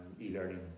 e-learning